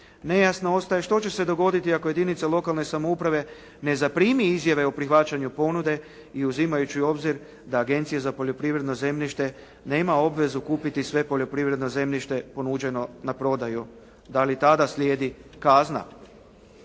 Nejasno ostaje što će se dogoditi ako jedinica lokalne samouprave ne zaprimi izjave o neprihvaćanju ponude i uzimajući u obzir da Agencija za poljoprivredno zemljište nema obvezu kupiti sve poljoprivredno zemljište ponuđeno na prodaju. Dali tada slijedi kazna?